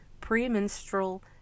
premenstrual